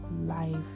life